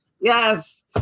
Yes